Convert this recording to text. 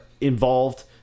involved